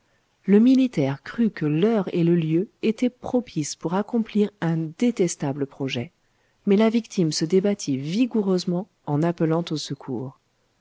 le militaire crut que l'heure et le lieu étaient propices pour accomplir un détestable projet mais la victime se débattit vigoureusement en appelant au secours